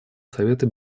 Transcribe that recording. совета